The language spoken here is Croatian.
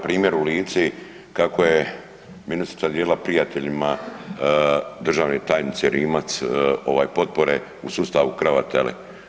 Primjer u Lici kako je ministrica dijelila prijateljima državne tajnice Rimac ovaj potpore u sustavu Krava tele.